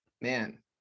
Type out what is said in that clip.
man